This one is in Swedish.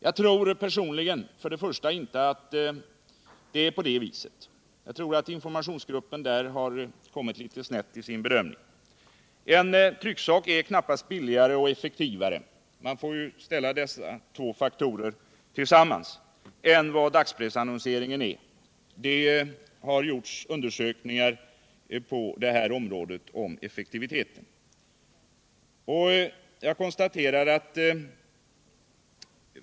Jag tror personligen först och främst att informationsgruppen i det fallet har kommit litet snett i sin bedömning. En trycksak är knappast billigare och effektivare — det är dessa båda faktorer som skall ställas samman — än dagspressannonseringen. Det har gjorts undersökningar om effektiviteten på detta område.